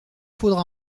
faudra